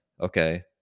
Okay